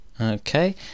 Okay